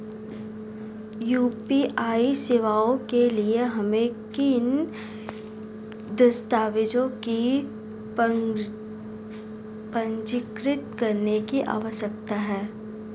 UPI सेवाओं के लिए हमें किन दस्तावेज़ों को पंजीकृत करने की आवश्यकता है?